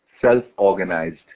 self-organized